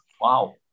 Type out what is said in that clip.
Wow